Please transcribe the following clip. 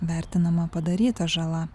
vertinama padaryta žala